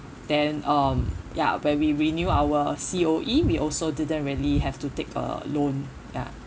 then um ya when we renew our C_O_E we also didn't really have to take a loan ya